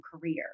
career